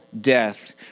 death